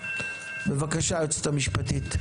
בבקשה היועצת המשפטית.